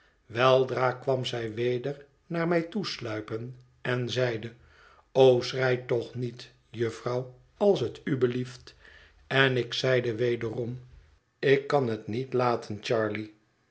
weldra kwam zij weder naar mij toe sluipen en zeide o schrei toch niet jufvrouw als het u belieft en ik zeide wederom ik kan het niet laten charley